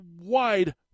wide